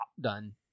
done